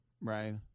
right